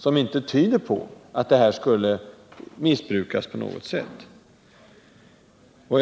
Och de tyder inte på att det sker något nämnvärt missbruk.